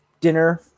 dinner